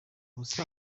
ubuse